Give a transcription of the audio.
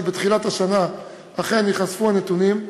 שבתחילת השנה אכן ייחשפו הנתונים.